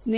എന്റെ ഇന്റർകണക്ഷൻ ലളിതവും ഹ്രസ്വവുമായി നിലനിർത്താൻ കഴിയുമെങ്കിൽ അത് ദീർഘകാലാടിസ്ഥാനത്തിൽ എന്നെ സഹായിക്കും